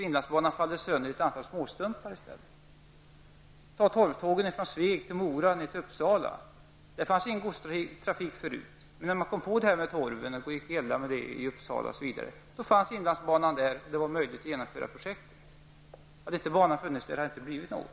Inlandsbanan kommer att falla sönder i ett antal småstumpar. Vi kan ta torvtågen på sträckan Sveg--Mora-- Uppsala som exempel. På denna sträcka fanns ingen godstrafik förut. När man kom på att det gick bra att elda med torv i t.ex. Uppsala, fanns inlandsbanan och det var möjligt att genomföra projektet. Hade banan inte funnits hade det inte blivit något.